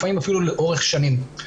לפעמים אפילו לאורך שנים.